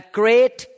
great